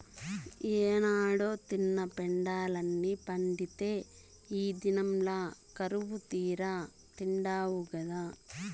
ఏనాడో తిన్న పెండలాన్ని పండిత్తే ఈ దినంల కరువుతీరా తిండావు గదా